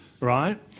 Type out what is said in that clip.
Right